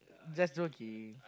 just joking